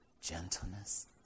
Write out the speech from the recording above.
gentleness